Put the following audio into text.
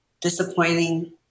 disappointing